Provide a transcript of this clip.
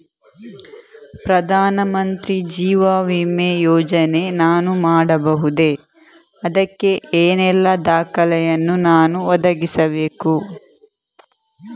ಪ್ರಧಾನ ಮಂತ್ರಿ ಜೀವ ವಿಮೆ ಯೋಜನೆ ನಾನು ಮಾಡಬಹುದೇ, ಅದಕ್ಕೆ ಏನೆಲ್ಲ ದಾಖಲೆ ಯನ್ನು ನಾನು ಒದಗಿಸಬೇಕು?